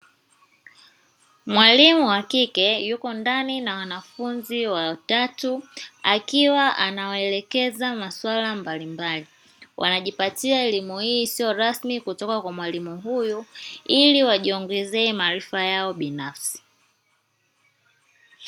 Mwalimu wa kike yupo ndani na wanafunzi watatu, akiwa anawaelekeza maswala mbalimbali wanajipatia elimu hii isiyo rasmi kutoka kwa mwalimu huyu ili wajiongezee maarifa yao binafsi.